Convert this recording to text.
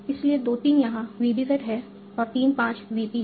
इसलिए 2 3 यहाँ VBZ है और 3 5 VP है